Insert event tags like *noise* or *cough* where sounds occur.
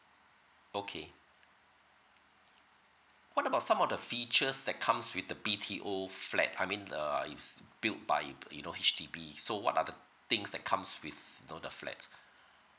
okay what about some of the features that comes with the B_T_O flat I mean uh it's built by you know H_D_B so what are the things that comes with you know the flats *breath*